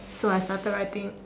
so I started writing